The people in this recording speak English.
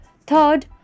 Third